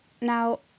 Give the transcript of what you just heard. Now